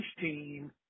team